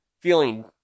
Feeling